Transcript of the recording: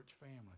family